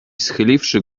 schyliwszy